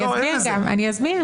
אני אסביר.